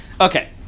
Okay